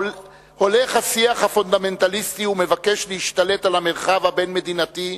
הולך השיח הפונדמנטליסטי ומבקש להשתלט על המרחב הבין-מדינתי,